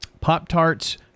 Pop-Tarts